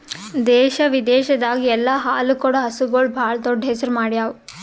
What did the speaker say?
ದೇಶ ವಿದೇಶದಾಗ್ ಎಲ್ಲ ಹಾಲು ಕೊಡೋ ಹಸುಗೂಳ್ ಭಾಳ್ ದೊಡ್ಡ್ ಹೆಸರು ಮಾಡ್ಯಾವು